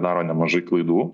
daro nemažai klaidų